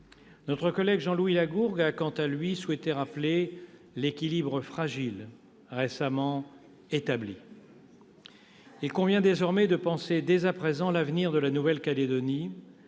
Notre collègue Jean-Louis Lagourgue, quant à lui, a souhaité rappeler l'équilibre fragile récemment établi. Il convient de penser dès à présent à l'avenir de la Nouvelle-Calédonie,